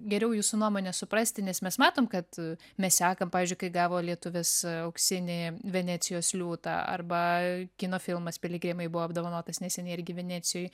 geriau jūsų nuomonę suprasti nes mes matom kad mes sekam pavyzdžiui kai gavo lietuvis auksinį venecijos liūtą arba kino filmas piligrimai buvo apdovanotas neseniai irgi venecijoj